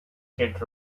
kid